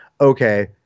Okay